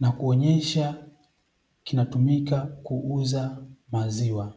na kuonyesha kinatumika kuuza maziwa.